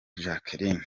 jacqueline